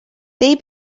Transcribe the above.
they